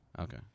Okay